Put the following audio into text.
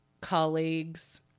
colleagues